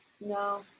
No